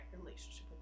relationship